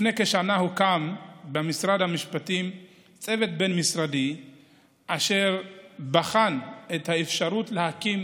לפני כשנה הוקם במשרד המשפטים צוות בין-משרדי לאשר בחן את האפשרות להקים